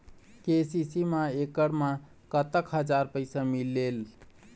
KCC मा एकड़ मा कतक हजार पैसा मिलेल?